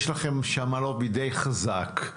יש לכם שם לובי די חזק.